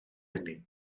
hynny